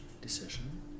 decision